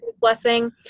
Blessing